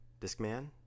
Discman